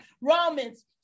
romans